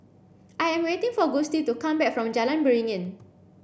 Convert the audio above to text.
I am waiting for Gustie to come back from Jalan Beringin